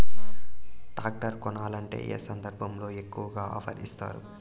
Tractor కొనాలంటే ఏ సందర్భంలో ఎక్కువగా ఆఫర్ ఇస్తారు?